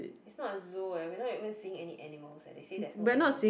it's not a zoo eh we're not even seeing any animals eh they say there's no animals